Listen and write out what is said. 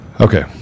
Okay